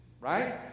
right